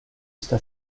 está